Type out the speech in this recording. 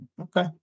Okay